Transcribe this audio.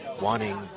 wanting